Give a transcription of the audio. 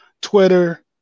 Twitter